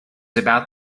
about